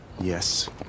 Yes